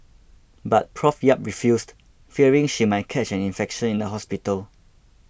but Prof Yap refused fearing she might catch an infection in the hospital